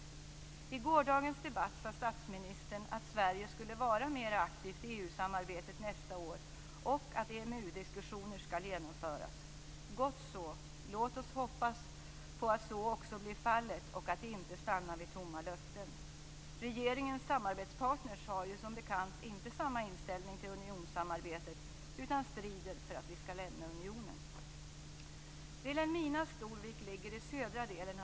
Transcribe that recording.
I gårdagens debatt sade statsministern att Sverige skall vara mer aktivt i EU-samarbetet nästa år och att EMU-diskussioner skall genomföras. Det är gott så. Låt oss hoppas att så också blir fallet och att det inte stannar vid tomma löften. Regeringens samarbetspartner har ju som bekant inte samma inställning till unionssamarbetet utan strider för att vi skall lämna unionen. Norrland.